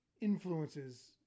influences